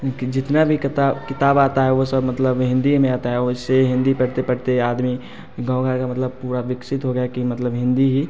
कि जितना भी किता किताब आती है वो सब मतलब हिंदी में आती है उससे हिंदी पढ़ते पढ़ते आदमी गाँव घर का मतलब पूरा विकसित हो गया कि मतलब हिंदी ही